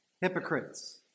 hypocrites